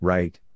Right